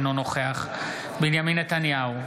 אינו נוכח בנימין נתניהו,